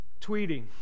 tweeting